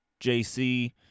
JC